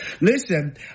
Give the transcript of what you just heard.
Listen